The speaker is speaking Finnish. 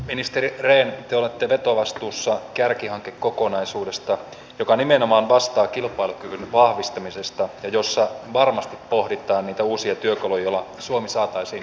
ministeri rehn te olette vetovastuussa kärkihankekokonaisuudesta joka nimenomaan vasta kilpailukyvyn vahvistamisesta jossa varmasti pohditaan niitä uusia työkalujala suomi puhemies